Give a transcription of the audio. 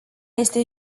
este